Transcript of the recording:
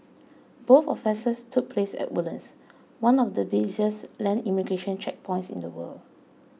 both offences took place at Woodlands one of the busiest land immigration checkpoints in the world